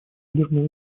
ядерной